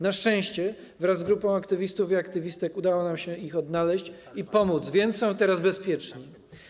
Na szczęście wraz z grupą aktywistów i aktywistek udało nam się ich odnaleźć i pomóc im, więc teraz są bezpieczni.